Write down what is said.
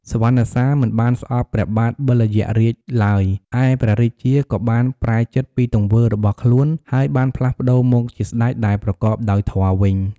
សុវណ្ណសាមមិនបានស្អប់ព្រះបាទបិលយក្សរាជឡើយ ឯព្រះរាជាក៏បានប្រែចិត្តពីទង្វើរបស់ខ្លួន ហើយបានផ្លាស់ប្តូរមកជាស្តេចដែលប្រកបដោយធម៌វិញ។